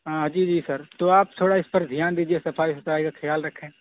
ہاں جی جی سر تو آپ تھوڑا اس پر دھیان دیجیے صفائی ستھرائی کا خیال رکھیں